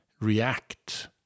react